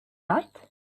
night